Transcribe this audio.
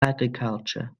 agriculture